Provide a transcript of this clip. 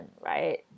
right